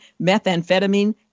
methamphetamine